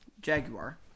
Jaguar